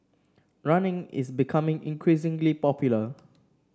running is becoming increasingly popular